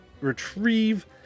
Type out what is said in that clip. retrieve